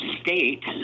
state